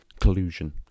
Collusion